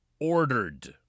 ordered